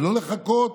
ולא לחכות